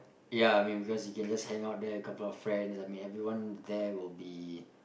ya I mean because you just hang out there with a couple of friends I mean everyone there will be